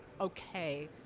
okay